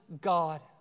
God